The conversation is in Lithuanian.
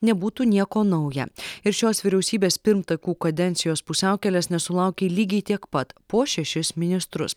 nebūtų nieko nauja ir šios vyriausybės pirmtakų kadencijos pusiaukelės nesulaukė lygiai tiek pat po šešis ministrus